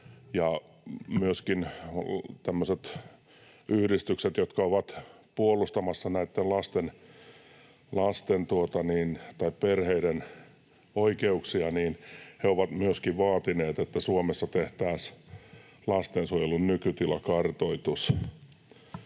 yhdistykset, jotka ovat puolustamassa näiden lasten tai perheiden oikeuksia, ovat myöskin vaatineet, että Suomessa tehtäisiin lastensuojelun nykytilan kartoitus.